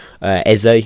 Eze